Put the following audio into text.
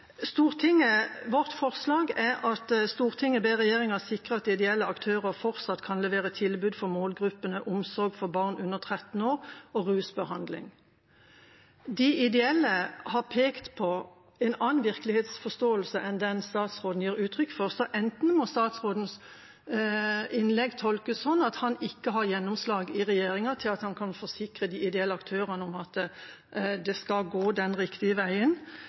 Vårt forslag lyder: «Stortinget ber regjeringen sikre at ideelle aktører fortsatt kan levere tilbud for målgruppene «omsorg for barn under 13 år» og «rusbehandling».» De ideelle har pekt på en annen virkelighetsforståelse enn den statsråden gir uttrykk for, så enten må statsrådens innlegg tolkes slik at han ikke har stort nok gjennomslag i regjeringa til at han kan forsikre de ideelle aktørene om at det skal gå den riktige veien,